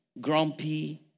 grumpy